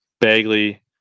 bagley